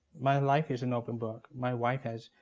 my life is an open book. my wife has